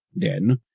then,